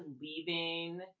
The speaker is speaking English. leaving